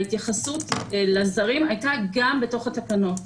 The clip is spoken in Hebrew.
ההתייחסות לזרים הייתה גם בתוך התקנות.